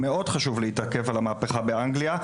מאוד חשוב להתעכב על המהפיכה באנגליה,